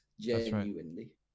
Genuinely